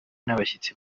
n’abashyitsi